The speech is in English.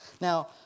Now